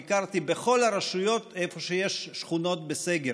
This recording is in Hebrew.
ביקרתי בכל הרשויות שיש בהן שכונות בסגר.